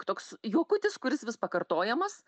toks juokutis kuris vis pakartojamas